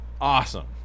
awesome